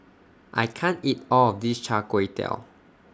I can't eat All of This Char Kway Teow